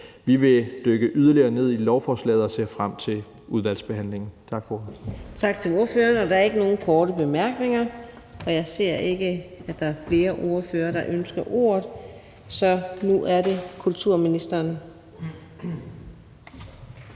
Vi vil dykke yderligere ned i lovforslaget og ser frem til udvalgsbehandlingen. Tak, formand. Kl. 19:45 Fjerde næstformand (Karina Adsbøl): Tak til ordføreren. Der er ikke nogen korte bemærkninger, og jeg ser ikke, at der er flere ordførere, der ønsker ordet. Så nu er det kulturministeren.